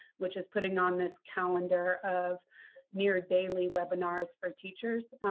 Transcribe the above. which is putting on this calendar of near daily webinars for teachers.